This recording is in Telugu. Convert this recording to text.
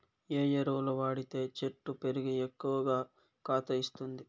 ఏ ఎరువులు వాడితే చెట్టు పెరిగి ఎక్కువగా కాత ఇస్తుంది?